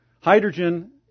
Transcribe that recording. Hydrogen